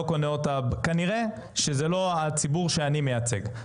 כנראה שזה לא הציבור שאני מייצג.